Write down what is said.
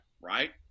right